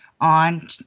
on